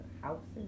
houses